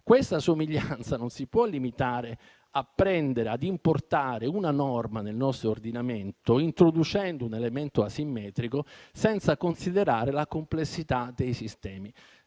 questa somiglianza non si può limitare a importare una norma nel nostro ordinamento, introducendo un elemento asimmetrico, senza considerare la complessità dei sistemi.